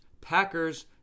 Packers